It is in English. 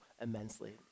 immensely